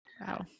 Wow